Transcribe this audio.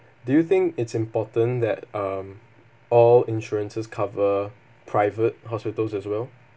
do you think it's important that um all insurances cover private hospitals as well